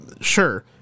sure